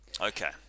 Okay